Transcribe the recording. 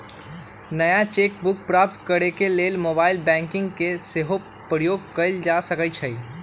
नया cheque book प्राप्त करेके लेल मोबाइल बैंकिंग के सेहो प्रयोग कएल जा सकइ छइ